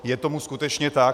Je tomu skutečně tak.